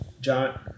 John